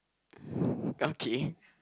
okay